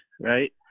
right